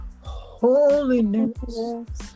holiness